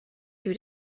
two